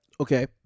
Okay